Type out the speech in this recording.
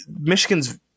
Michigan's